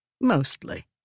mostly